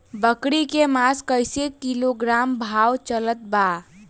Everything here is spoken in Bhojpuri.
बकरी के मांस कईसे किलोग्राम भाव चलत बा?